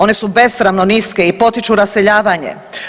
One su besramno niske i potiču raseljavanje.